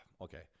okay